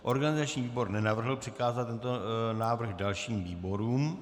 Organizační výbor nenavrhl přikázat tento návrh dalším výborům.